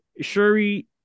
Shuri